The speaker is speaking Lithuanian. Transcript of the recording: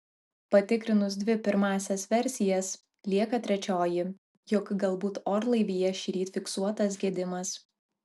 patikrinus dvi pirmąsias versijas lieka trečioji jog galbūt orlaivyje šįryt fiksuotas gedimas